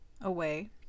away